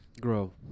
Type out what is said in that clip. grow